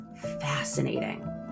fascinating